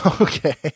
okay